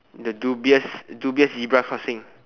the dubious dubious zebra crossing